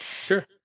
Sure